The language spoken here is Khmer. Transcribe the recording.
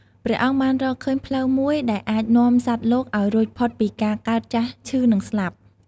ព្រះអង្គបានរកឃើញផ្លូវមួយដែលអាចនាំសត្វលោកឱ្យរួចផុតពីការកើត ចាស់ ឈឺ និងស្លាប់។